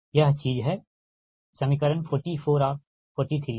यह चीज है समीकरण 44 और 43 से ठीक